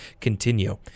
continue